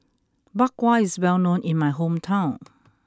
Bak Kwa is well known in my hometown